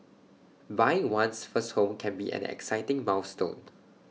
buying one's first home can be an exciting milestone